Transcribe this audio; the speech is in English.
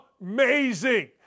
amazing